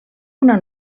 una